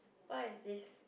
what is this